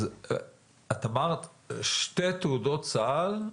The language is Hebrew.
את אמרת שתי תעודות סל,